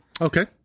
Okay